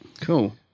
cool